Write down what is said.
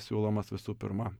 siūlomas visų pirma